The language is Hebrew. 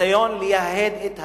ניסיון לייהד את העיר,